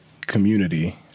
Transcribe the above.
community